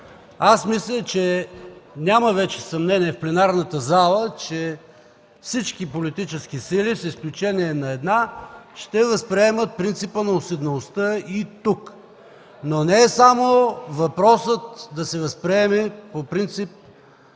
Аз мисля, че вече няма съмнение в пленарната зала, че всички политически сили, с изключение на една, ще възприемат принципа на уседналостта и тук, но не е само въпросът да се възприеме по принципа